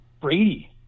Brady